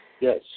Yes